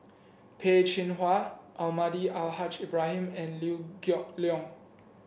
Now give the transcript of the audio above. Peh Chin Hua Almahdi Al Haj Ibrahim and Liew Geok Leong